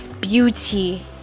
beauty